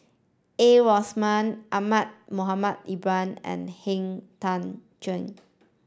A Ramli Ahmad Mohamed Ibrahim and Han Tan Juan